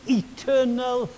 eternal